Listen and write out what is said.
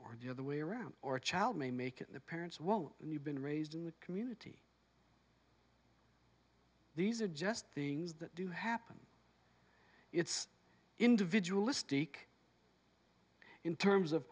or the other way around or a child may make it the parents won't and you've been raised in the community these are just things that do happen it's individualistic in terms of